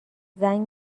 زنگ